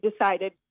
decided